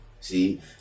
See